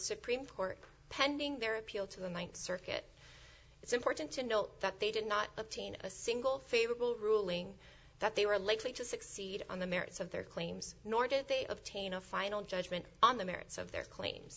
supreme court pending their appeal to the th circuit it's important to note that they did not obtain a single favorable ruling that they were likely to succeed on the merits of their claims nor did they of tain a final judgment on the merits of their cla